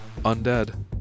undead